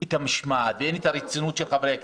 את המשמעת ואין את הרצינות של חברי הכנסת.